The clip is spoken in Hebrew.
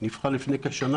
שנבחר לפני כשנה,